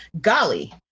golly